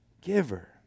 giver